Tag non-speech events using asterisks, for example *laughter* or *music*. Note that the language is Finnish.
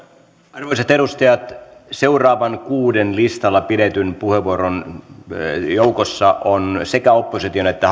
arvoisat edustajat seuraavien kuuden listalta pidetyn puheenvuoron joukossa on sekä opposition että *unintelligible*